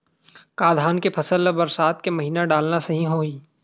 का धान के फसल ल बरसात के महिना डालना सही होही?